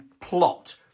plot